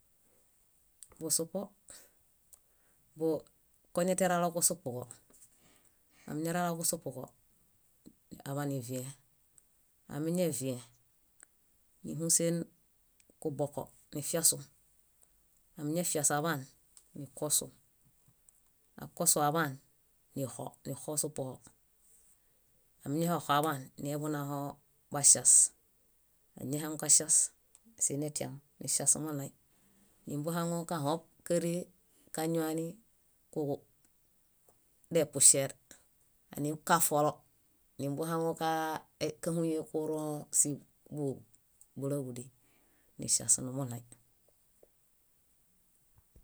Busupo, bóo koneteralo kusupuġo, amiñaralo kusupuġo aḃaniviẽ. Amiñaviẽ, níhusen kuboko, nifiasu, amiñafiasu aḃaan, nixo nixoesupoo, amiñaoxo aḃaan, nileḃunao baŝias. Anihaŋukaŝias sinetiam niŝias moɭãi. Nimbuhaŋukahõṗ káree kañuani kuġu depusier kafolo nimḃuhaŋu kaa- káhuye kurõ si- bu- búlaġudi, niŝias nimuɭãi.